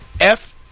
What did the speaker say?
F-